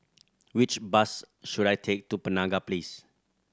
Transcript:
which bus should I take to Penaga Place